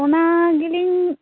ᱚᱱᱟ ᱜᱤᱞᱤᱝ